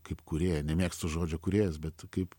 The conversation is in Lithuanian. kaip kūrėją nemėgstu žodžio kūrėjas bet kaip